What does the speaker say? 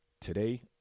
Today